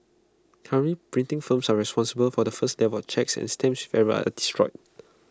currently printing firms are responsible for the first level checks and stamps with errors are destroyed